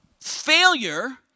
Failure